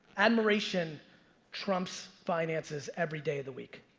admiration trumps finances every day of the week.